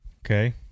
Okay